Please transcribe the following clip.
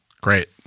Great